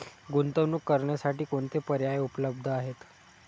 गुंतवणूक करण्यासाठी कोणते पर्याय उपलब्ध आहेत?